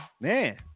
Man